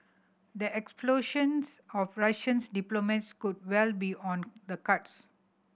the expulsions of Russian's diplomats could well be on the cards